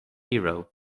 hero